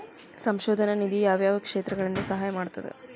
ಸಂಶೋಧನಾ ನಿಧಿ ಯಾವ್ಯಾವ ಕ್ಷೇತ್ರಗಳಿಗಿ ಸಹಾಯ ಮಾಡ್ತದ